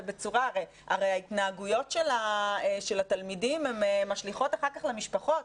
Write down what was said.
הרי ההתנהגויות של הילדים משליכות אחר כך למשפחות.